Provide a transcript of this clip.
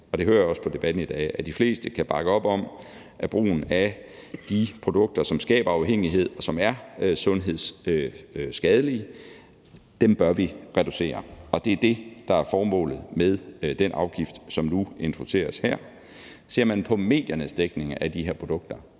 den, som jeg også under debatten i dag hørte at de fleste kan bakke op om, nemlig at de produkter, som skaber afhængighed, og som er sundhedsskadelige, bør vi reducere, og det er det, der er formålet med den afgift, som nu introduceres med det her. Ser man på mediernes dækning af de her produkter,